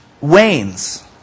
wanes